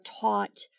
taught